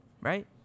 right